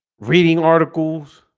reading articles